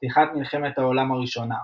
פתיחת מלחמת העולם הראשונה.